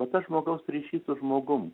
tas žmogaus ryšys su žmogum